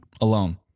alone